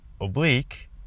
oblique